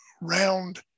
round